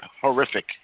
horrific